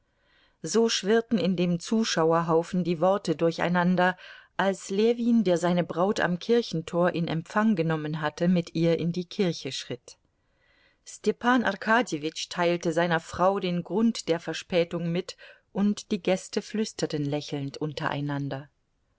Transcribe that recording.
so schwirrten in dem zuschauerhaufen die worte durcheinander als ljewin der seine braut am kirchentor in empfang genommen hatte mit ihr in die kirche schritt stepan arkadjewitsch teilte seiner frau den grund der verspätung mit und die gäste flüsterten lächelnd untereinander